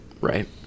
Right